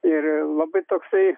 ir labai toksai